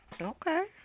Okay